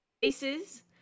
faces